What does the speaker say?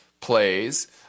plays